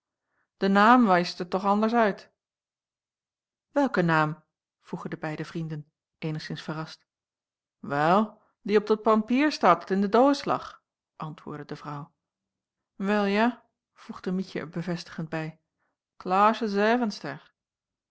de naam waist het toch anders uit welke naam vroegen de beide vrienden eenigszins verrast wel die op dat pampier staat dat in de doos lag antwoordde de vrouw wel ja voegde mietje er bevestigend bij